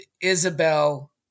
Isabel